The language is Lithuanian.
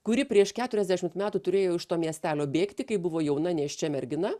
kuri prieš keturiasdešimt metų turėjo iš to miestelio bėgti kai buvo jauna nėščia mergina